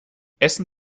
essen